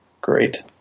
great